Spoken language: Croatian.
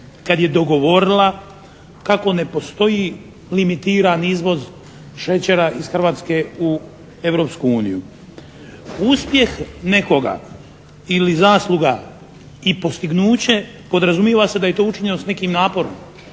kad je dogovorila kako ne postoji limitiran izvoz šećera iz Hrvatske u Europsku uniju. Uspjeh nekoga ili zasluga i postignuće podrazumijeva se da je to učinjeno s nekim naporom.